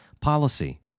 policy